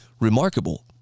remarkable